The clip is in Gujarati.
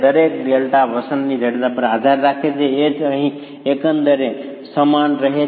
દરેક ડેલ્ટા વસંતની જડતા પર આધાર રાખે છે H અહીં એકંદરે સમાન રહે છે